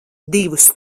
divus